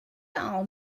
all